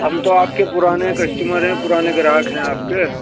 ہم تو آپ کے پرانے کسمٹر ہیں پرانے گراہک ہیں آپ کے